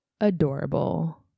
adorable